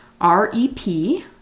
R-E-P